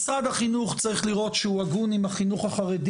משרד החינוך צריך לראות שהוא הגון עם החינוך החרדי